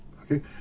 okay